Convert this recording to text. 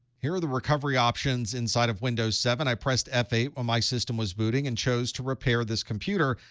here are the recovery options inside of windows seven. i pressed f eight when my system was booting and chose to repair this computer.